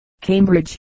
Cambridge